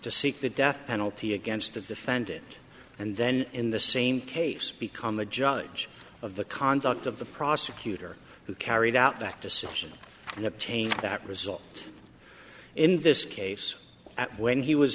to seek the death penalty against the defendant and then in the same case become the judge of the conduct of the prosecutor who carried out that decision and obtain that result in this case that when he was